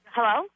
Hello